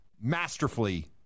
masterfully